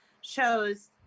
shows